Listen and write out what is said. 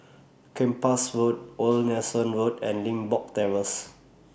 Kempas Road Old Nelson Road and Limbok Terrace